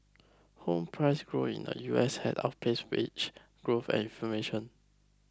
home price grow in the U S had outpaced wage growth and information